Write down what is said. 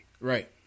Right